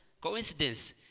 coincidence